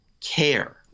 care